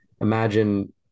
imagine